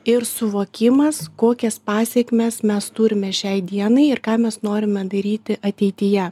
ir suvokimas kokias pasekmes mes turime šiai dienai ir ką mes norime daryti ateityje